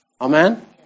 Amen